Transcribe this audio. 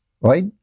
Right